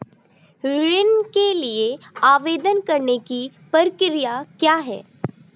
ऋण के लिए आवेदन करने की प्रक्रिया क्या है?